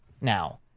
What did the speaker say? now